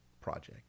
project